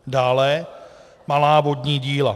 Dále malá vodní díla.